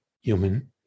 human